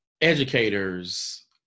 educators